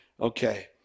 Okay